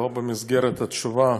לא במסגרת התשובה.